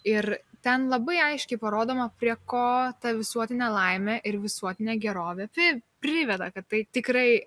ir ten labai aiškiai parodoma prie ko ta visuotinė laimė ir visuotinė gerovė priveda kad tai tikrai